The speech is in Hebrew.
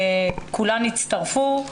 כולן הצטרפו.